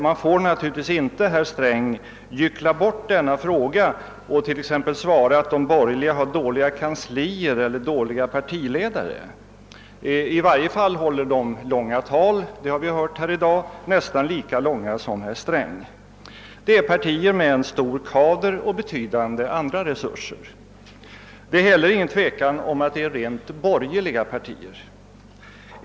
Man får naturligtvis inte, herr Sträng, gyckla bort denna fråga och t.ex. svara att de borgerliga har dåliga kanslier eller dåliga partiledare. I varje fall håller de långa tal, det har vi hört här i dag, nästan lika långa som herr Sträng. Det är partier med stora kadrer och betydande andra resurser. Det är heller ingen tvekan om att det är rent borgerliga partier.